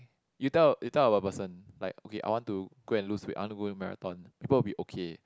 you tell a you tell a a person like okay I want to go and lose weight I want to go and marathon people will be okay